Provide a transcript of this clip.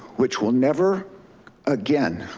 which will never again,